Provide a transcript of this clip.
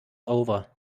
over